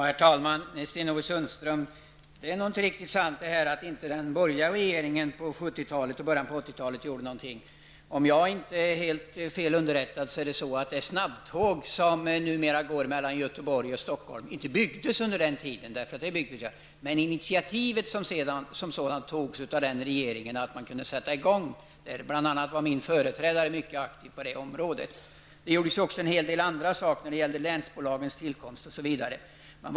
Herr talman! Det är nog inte riktigt sant, Sten-Ove Sundström, att den borgerliga regeringen inte gjorde något under 70-talet och början av 80-talet. Om jag inte är fel underrättad togs initiativet till snabbtåget som i dag går mellan Stockholm och Göteborg av den regeringen så att man kunde sätta i gång detta. Bl.a. var min företrädare mycket aktiv på det området. Det gjordes också en hel del andra saker när det gäller länsbolagens tillkomst osv.